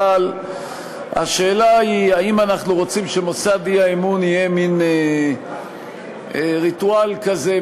אבל השאלה היא אם אנחנו רוצים שמוסד האי-אמון יהיה מין ריטואל כזה,